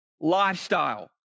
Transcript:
lifestyle